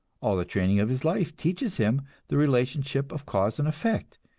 all the training of his life teaches him the relationship of cause and effect,